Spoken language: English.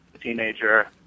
teenager